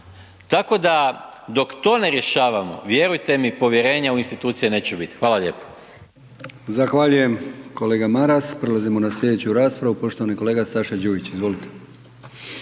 Tako da dok to ne rješavamo, vjerujte mi povjerenja u institucije neće biti. Hvala lijepo. **Brkić, Milijan (HDZ)** Zahvaljujem kolega Maras. Prelazimo na slijedeću raspravu poštovani kolega Saša Đujić. Izvolite.